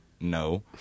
no